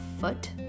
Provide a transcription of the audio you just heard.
foot